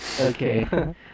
Okay